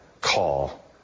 call